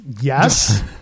Yes